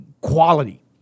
quality